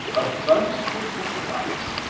abun dantly testifies,